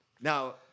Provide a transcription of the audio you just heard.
Now